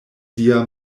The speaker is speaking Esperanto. sia